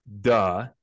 Duh